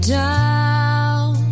down